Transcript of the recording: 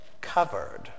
covered